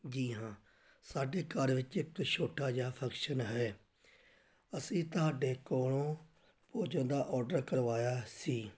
ਜੀ ਹਾਂ ਸਾਡੇ ਘਰ ਵਿੱਚ ਇੱਕ ਛੋਟਾ ਜਿਹਾ ਫੰਕਸ਼ਨ ਹੈ ਅਸੀਂ ਤੁਹਾਡੇ ਕੋਲੋਂ ਭੋਜਨ ਦਾ ਔਡਰ ਕਰਵਾਇਆ ਸੀ